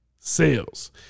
sales